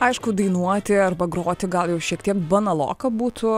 aišku dainuoti arba groti gal jau šiek tiek banaloka būtų